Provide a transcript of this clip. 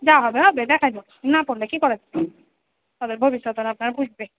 যা হবে হবে দেখা যাবে না পড়লে কী করা যাবে ওদের ভবিষ্যৎ ওরা যা বুঝবে